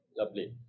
Lovely